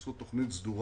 לעשות תכנית סדורה,